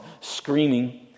screaming